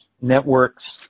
networks